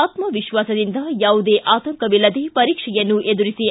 ಆತ್ಮವಿಶ್ವಾಸದಿಂದ ಯಾವುದೇ ಆತಂಕವಿಲ್ಲದೆ ಪರೀಕ್ಷೆಯನ್ನು ಎದುರಿಸಿ